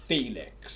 Felix